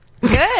Good